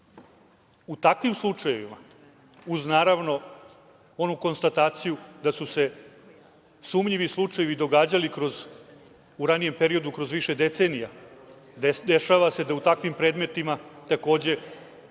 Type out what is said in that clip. U takvim slučajevima, uz naravno, onu konstataciju da su se sumnjivi slučajevi događali u ranijem periodu kroz više decenija, dešava se da u takvim predmetima, takođe,